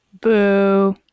Boo